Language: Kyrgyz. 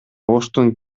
оштун